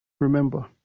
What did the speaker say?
Remember